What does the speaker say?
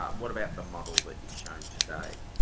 um what about the model that you've shown today?